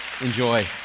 Enjoy